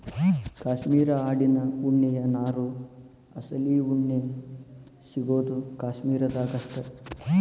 cashmere ಆಡಿನ ಉಣ್ಣಿಯ ನಾರು ಅಸಲಿ ಉಣ್ಣಿ ಸಿಗುದು ಕಾಶ್ಮೇರ ದಾಗ ಅಷ್ಟ